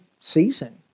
season